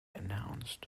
announced